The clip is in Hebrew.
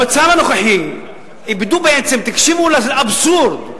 במצב הנוכחי איבדו, בעצם, תקשיבו לאבסורד: